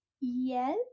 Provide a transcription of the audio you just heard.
Yes